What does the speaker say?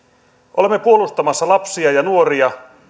olemme puolustamassa lapsia ja nuoria